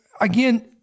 again